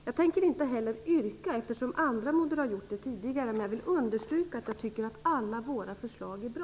Jag tänker inte heller yrka eftersom andra moderater har gjort det tidigare, men jag vill understryka att jag tycker att alla våra förslag är bra.